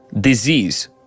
disease